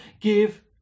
give